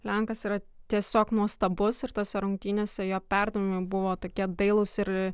lenkas yra tiesiog nuostabus ir tose rungtynėse jo perdavimai buvo tokie dailūs ir